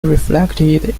reflected